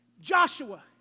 Joshua